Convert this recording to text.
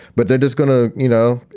but that is going to, you know,